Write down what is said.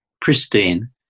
pristine